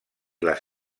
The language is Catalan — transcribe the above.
les